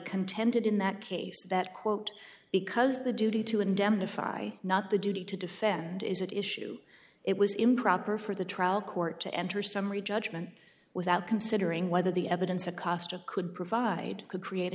contended in that case that quote because the duty to indemnify not the duty to defend is at issue it was improper for the trial court to enter summary judgment without considering whether the evidence a cost a could provide could create a